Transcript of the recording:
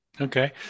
Okay